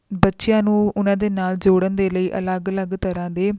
ਬੱਚਿਆਂ ਨੂੰ ਉਨ੍ਹਾਂ ਦੇ ਨਾਲ ਜੋੜਨ ਦੇ ਲਈ ਅਲੱਗ ਅਲੱਗ ਤਰ੍ਹਾਂ ਦੇ